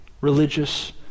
religious